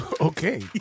Okay